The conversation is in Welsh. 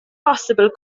bosibl